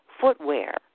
footwear